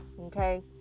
Okay